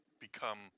become